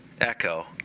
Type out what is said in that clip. echo